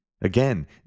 Again